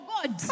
God